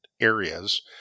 areas